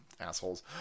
Assholes